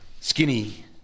skinny